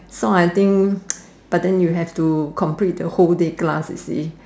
so I think but then you have to complete the whole day class you see